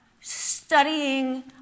studying